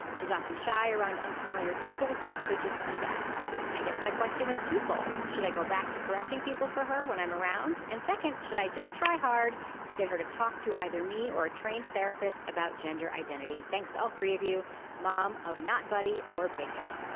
she's often shy around unfamiliar people so it could just be that i guess my question is twofold. should i go back to correcting people for her when i'm around. and second should i just try hard to get her to talk to either me or a trained therapist about gender identity. thanks to all three of you mom of not buddy or big guy.